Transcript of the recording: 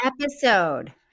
episode